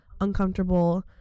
uncomfortable